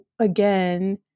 again